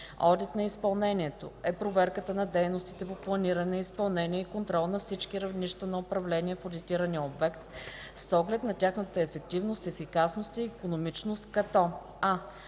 „Одит на изпълнението” е проверката на дейностите по планиране, изпълнение и контрол на всички равнища на управление в одитирания обект с оглед на тяхната ефективност, ефикасност и икономичност, като: